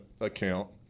account